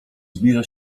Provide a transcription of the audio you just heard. zbliża